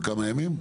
בכמה ימים?